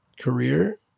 career